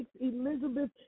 Elizabeth